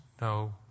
no